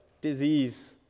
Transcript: disease